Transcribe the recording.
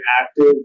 active